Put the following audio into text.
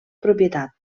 propietat